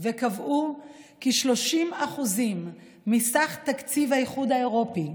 וקבעו כי 30% מסך תקציב האיחוד האירופי,